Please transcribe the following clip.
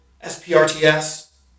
S-P-R-T-S